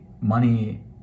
money